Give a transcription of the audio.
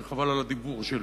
כי חבל על הדיבור שלי.